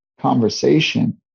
conversation